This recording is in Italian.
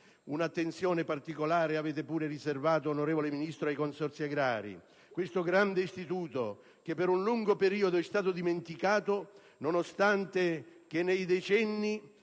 Un'attenzione particolare avete pure riservato, onorevole Ministro, ai consorzi agrari. Questo è un grande istituto che per un lungo periodo è stato dimenticato nonostante nei decenni